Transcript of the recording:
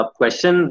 question